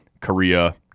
Korea